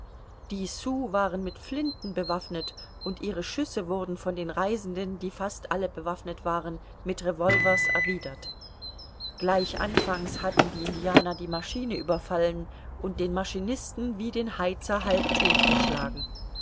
die sioux waren mit flinten bewaffnet und ihre schüsse wurden von den reisenden die fast alle bewaffnet waren mit revolvers erwidert gleich anfangs hatten die indianer die maschine überfallen und den maschinisten wie den heizer halb todt